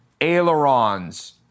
ailerons